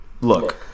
look